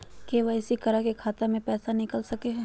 KYC करा के खाता से पैसा निकल सके हय?